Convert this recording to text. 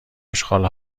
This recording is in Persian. اشغال